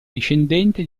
discendente